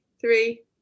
three